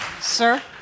Sir